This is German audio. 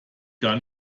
gar